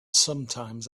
sometimes